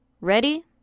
Ready